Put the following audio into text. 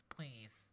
Please